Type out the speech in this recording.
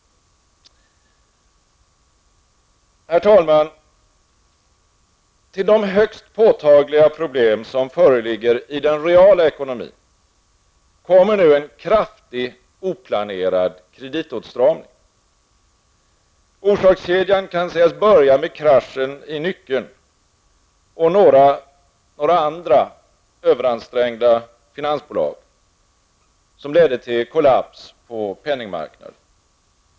Herr talman! Till de högst påtagliga problem som föreligger i den reala ekonomin kommer nu en kraftig oplanerad kreditåtstramning. Orsakskedjan kan sägas ha börjat med kraschen i Nyckeln och några andra överansträngda finansbolag, vilket ledde till kollaps på penningmarknaden.